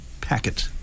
packet